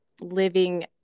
living